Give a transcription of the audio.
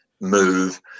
move